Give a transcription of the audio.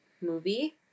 movie